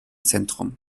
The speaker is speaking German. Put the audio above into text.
zentrum